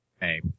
Hey